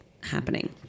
happening